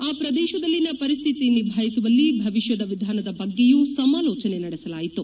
ಆ ಪ್ರದೇಶದಲ್ಲಿನ ಪರಿಶ್ವಿತಿ ನಿಭಾಯಿಸುವಲ್ಲಿ ಭವಿಷ್ಯದ ವಿಧಾನದ ಬಗ್ಗೆಯೂ ಸಮಾಲೋಚನೆ ನಡೆಸಲಾಯಿತು